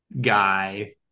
guy